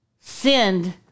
sinned